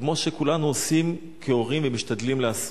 כמו שכולנו עושים כהורים ומשתדלים לעשות: